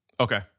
Okay